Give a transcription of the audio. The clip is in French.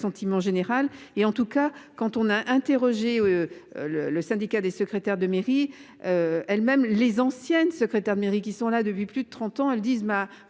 l'assentiment général et en tout cas quand on a interrogé. Le, le syndicat des secrétaires de mairie. Elles-mêmes les anciennes secrétaires de mairie qui sont là depuis plus de 30 ans elles disent